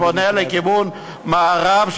שפונה לכיוון מערב,